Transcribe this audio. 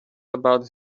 about